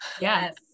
Yes